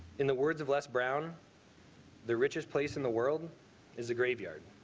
in the words of les brown the richest place in the world is a graveyard.